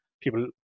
People